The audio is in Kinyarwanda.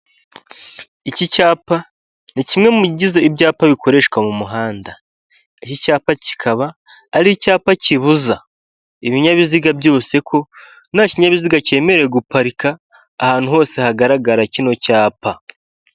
Iki cyapa ni kimwe mu bigize ibyapa bikoreshwa mu muhanda, iki cyapa kikaba ari icyapa kibuza ibinyabiziga byose ko nta kinyabiziga cyemerewe guparika ahantu hose hagaragara kino cyapa.